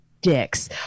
dicks